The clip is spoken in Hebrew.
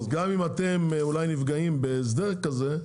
גם אם אתם אולי נפגעים בהסדר כזה,